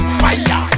fire